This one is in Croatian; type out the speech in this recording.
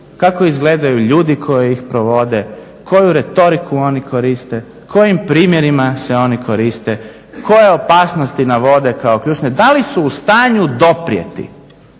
kako izgledaju ljudi koji ih provode, koju retoriku oni koriste, kojim primjerima se oni koriste, koje opasnosti navode kao ključne, da li su u stanju doprijeti